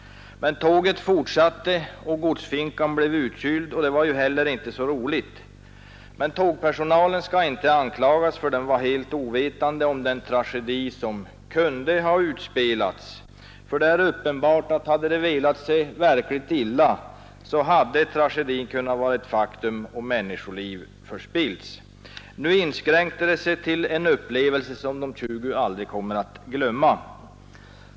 Tåget fortsatte och godsfinkan blev nu i stället utkyld, och det var ju inte heller så roligt. Men tågpersonalen skall inte anklagas för detta — den var ju helt ovetande om den tragedi som kunde ha utspelats. Och det är uppenbart att om det gått verkligt illa, hade tragedin varit ett faktum och människoliv förspillts. Nu inskränkte det sig till en upplevelse som de 20 aldrig kommer att glömma.